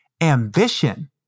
Ambition